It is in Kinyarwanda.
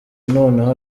noneho